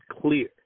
clear